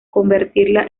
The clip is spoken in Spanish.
convertirla